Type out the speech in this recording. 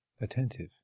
Attentive